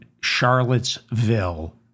Charlottesville